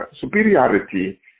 superiority